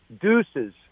deuces